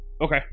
Okay